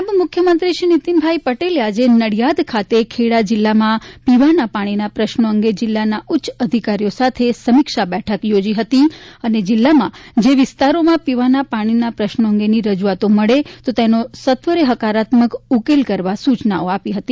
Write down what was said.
નાયબ મુખ્યીમંત્રીશ્રી નીતિનભાઇ પટેલે આજે નડિયાદ ખાતે ખેડા જિલ્લાામાં પીવાના પાણીના પ્રશ્નો અંગે જિલ્લોના ઉચ્ચ અધિકારીઓ સાથે સમીક્ષા બેઠક યોજી હતી અને જિલ્લામાં જે વિસ્તાખરોમાં પીવાના પાણીના પ્રશ્નો અંગેની રજૂઆતો મળે તો તેનો સત્વરે હકારાત્મ ક ઉકેલ કરવા સૂચનાઓ આપી હતી